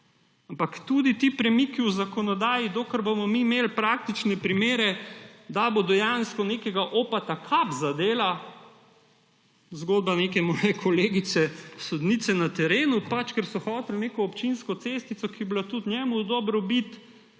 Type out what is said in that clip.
Ampak tudi ti premiki v zakonodaji. Dokler bomo mi imel praktične primere, da bo dejansko nekega opa kap zadela – zgodba neke moje kolegice sodnice na terenu. Ker so hoteli neko občinsko cestico, ki je bila tudi njemu v dobro,